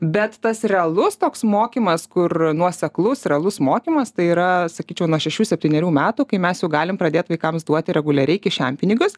bet tas realus toks mokymas kur nuoseklus realus mokymas tai yra sakyčiau nuo šešių septynerių metų kai mes jau galim pradėti vaikams duoti reguliariai kišenpinigius